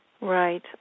Right